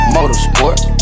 Motorsports